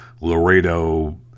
Laredo